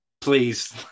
Please